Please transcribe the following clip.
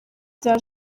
bya